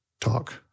talk